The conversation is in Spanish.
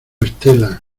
estela